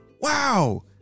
Wow